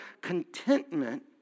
contentment